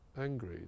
angry